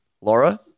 Laura